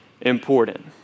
important